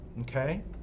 Okay